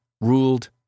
ruled